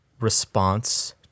response